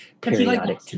Periodic